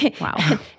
Wow